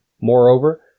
Moreover